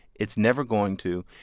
it's never going to.